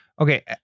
Okay